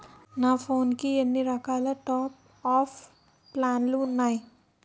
నా ఫోన్ కి ఎన్ని రకాల టాప్ అప్ ప్లాన్లు ఉన్నాయి?